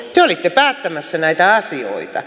te olitte päättämässä näitä asioita